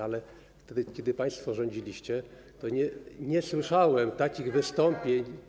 Ale wtedy, kiedy państwo rządziliście, nie słyszałem takich wystąpień.